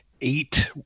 eight